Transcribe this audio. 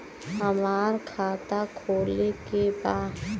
हमार खाता खोले के बा?